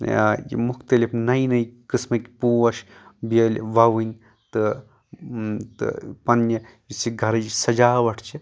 یہِ مُختعلِف نیہِ نیہِ قسمکۍ پوش بیلہِ وَوٕنۍ تہٕ پَنٕنہِ یُس یہِ گرٕ یُس یہِ سَجاوَٹھ چھِ